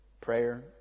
prayer